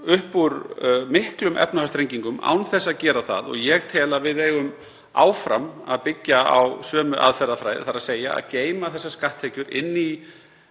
upp úr miklum efnahagsþrengingum án þess að gera það og ég tel að við eigum áfram að byggja á sömu aðferðafræði, þ.e. að geyma þessar skatttekjur inni í